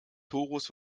torus